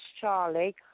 Charlie